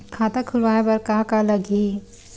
खाता खुलवाय बर का का लगही?